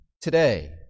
today